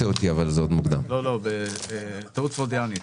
הרב גפני הביא אותם והוא עשה עבודה בעניין הזה.